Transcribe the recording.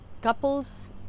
couples